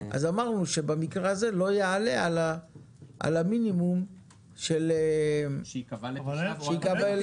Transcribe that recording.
אז אמרנו שבמקרה הזה לא יעלה על המינימום שייקבע לתושב.